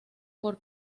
por